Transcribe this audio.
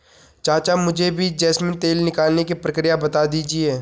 चाचा मुझे भी जैस्मिन तेल निकालने की प्रक्रिया बता दीजिए